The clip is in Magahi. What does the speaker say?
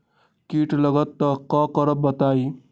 कीट लगत त क करब बताई?